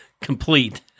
complete